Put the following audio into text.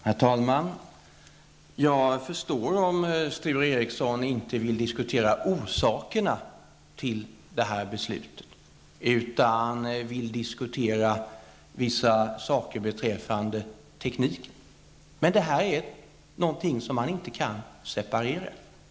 Herr talman! Jag förstår om Sture Ericson inte vill diskutera orsakerna till detta beslut, utan vill diskutera vissa saker beträffande tekniken. Men dessa saker kan man inte separera.